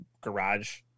garage